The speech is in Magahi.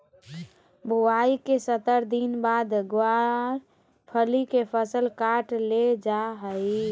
बुआई के सत्तर दिन बाद गँवार फली के फसल काट लेल जा हय